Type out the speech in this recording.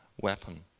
weapon